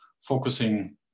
focusing